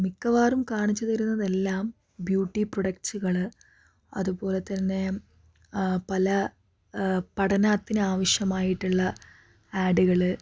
മിക്കവാറും കാണിച്ച് തരുന്നതെല്ലാം ബ്യൂട്ടി പ്രൊഡക്റ്റ്സുകൾ അതുപോലെ തന്നെ ആ പല പഠനത്തിന് ആവശ്യമായിട്ടുള്ള ആഡുകൾ